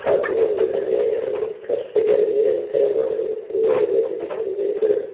അതുകൊണ്ടുതന്നെയാണ് കർഷകർ നിരന്തരമായി ഈ ഒരു ബുദ്ധിമുട്ട് അനുഭവിക്കുന്നത്